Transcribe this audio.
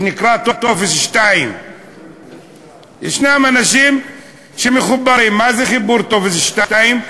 לפי מה שנקרא טופס 2. מה זה חיבור טופס 2?